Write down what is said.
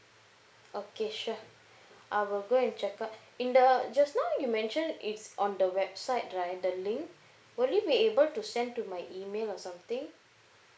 okay sure I will go and check out in the just now you mentioned it's on the website right the link will you be able to send to my email or something